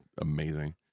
amazing